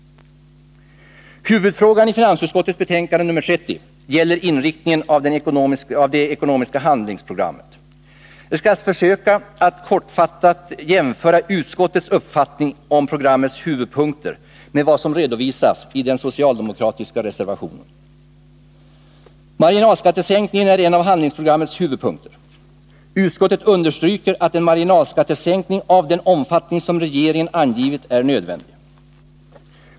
Huvudfrågan i finansutskottets betänkande nr 30 gäller inriktningen av det ekonomiska handlingsprogrammet. Jag skall försöka att kortfattat jämföra tiska åtgärder utskottets uppfattning om programmets huvudpunkter med vad som redovisas i den socialdemokratiska reservationen. Marginalskattesänkningen är en av handlingsprogrammets huvudpunkter. Utskottet understryker att en marginalskattesänkning av den omfattning som regeringen angivit är nödvändig.